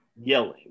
yelling